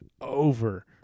over